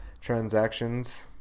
transactions